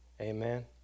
Amen